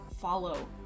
follow